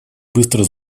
быстро